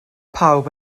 pawb